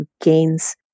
gains